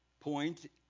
point